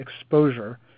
exposure